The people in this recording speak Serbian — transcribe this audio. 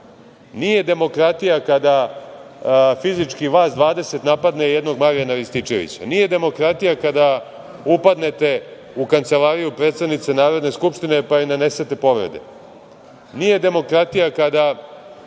Nije demokratija kada fizički vas 20 napadne jednog Marijana Rističevića. Nije demokratija kada upadnete u kancelariju predsednice Narodne skupštine, pa joj nanesete povrede. Nije demokratija kada,